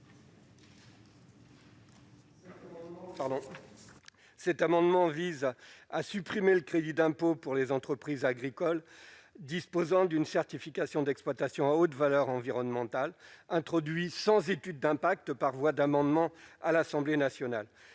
Cet amendement vise à supprimer le crédit d'impôt pour les entreprises agricoles disposant d'une certification d'exploitation à haute valeur environnementale introduit sans étude d'impact, par voie d'amendements à l'Assemblée nationale